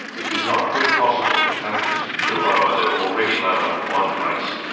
it did not prove possible for countries to lower their already low unemployment rates,